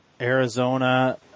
Arizona